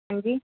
ہان جی